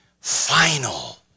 final